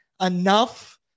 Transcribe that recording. enough